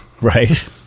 Right